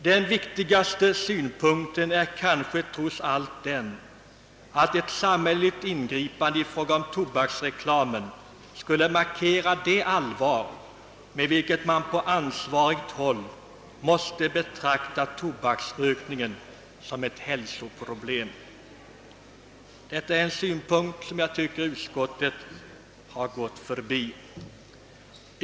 Den viktigaste synpunkten är kanske trots allt den, att ett samhälleligt ingripande i fråga om tobaksreklamen skulle markera det allvar med vilket man på ansvarigt håll måste betrakta tobaksrökning såsom ett hälsoproblem. Detta är en synpunkt som jag tycker utskottet helt förbigått.